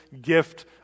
gift